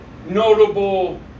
notable